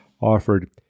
offered